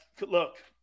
look